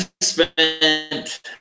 spent